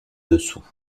dessous